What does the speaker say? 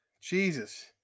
Jesus